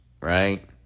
right